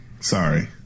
Sorry